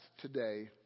today